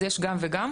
אז יש גם וגם.